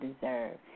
deserve